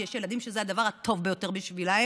כי יש ילדים שזה הדבר הטוב ביותר בשבילם,